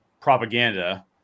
propaganda